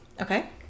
Okay